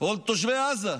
או של תושבי עזה?